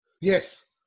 yes